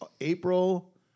April